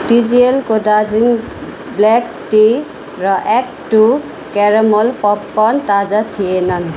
टिजिएलको Darjeeling black tea र act two caramel popcorn ताजा थिएनन्